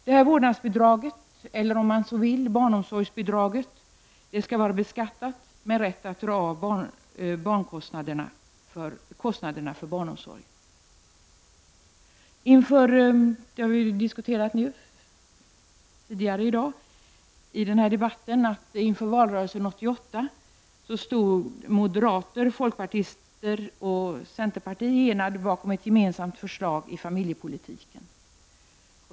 Det här vårdnadsbidraget, eller om man så vill barnomsorgsbidraget, skall vara beskattat med rätt att dra av kostnaderna för barnomsorgen. Inför valrörelsen 1988 -- det har diskuterats tidigare i denna debatt -- stod moderater, folkpartister och centerpartister enade bakom ett gemensamt förslag i familjepolitiken.